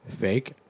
fake